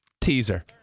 teaser